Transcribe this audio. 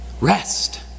rest